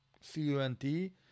c-u-n-t